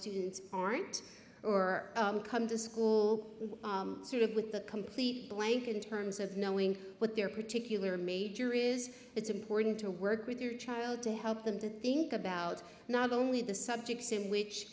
students aren't or come to school with that complete blank in terms of knowing what their particular major is it's important to work with your child to help them to think about not only the subjects in which